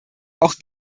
auch